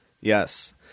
yes